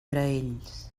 graells